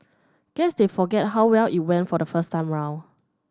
guess they forgot how well it went the first time round